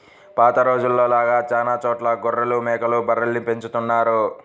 పాత రోజుల్లో లాగా చానా చోట్ల గొర్రెలు, మేకలు, బర్రెల్ని పెంచుతున్నారు